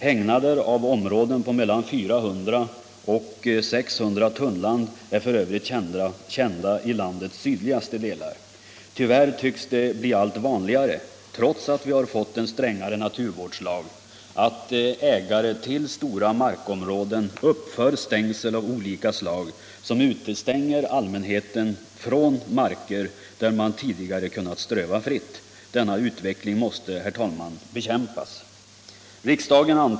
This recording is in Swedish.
Hägnader av områden mellan 400 och 600 tunnland är kända i landets sydligaste delar. Tyvärr tycks det bli allt vanligare, trots att vi fått en strängare naturvårdslag, att ägare till stora markområden uppför stängsel av olika slag som utestänger allmänheten från marker där man tidigare kunnat ströva. Denna utveckling måste bekämpas.